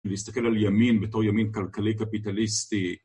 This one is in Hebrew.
להסתכל על ימין בתור ימין כלכלי קפיטליסטי.